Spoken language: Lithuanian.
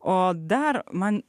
o dar man